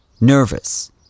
nervous